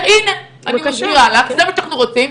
זה מה שאנחנו רוצים.